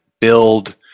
build